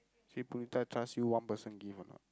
see Punitha trust you one person give or not